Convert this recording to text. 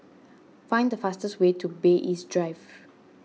find the fastest way to Bay East Drive